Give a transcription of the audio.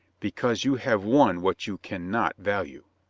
because you have won what you can not value.